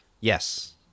Yes